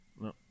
No